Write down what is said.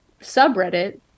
subreddit